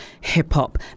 hip-hop